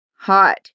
Hot